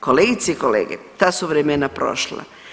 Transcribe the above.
Kolegice i kolege, ta su vremena prošla.